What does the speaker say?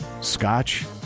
scotch